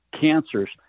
cancers